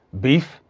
Beef